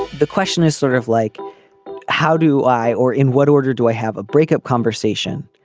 the question is sort of like how do i or in what order do i have a breakup conversation.